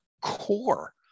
core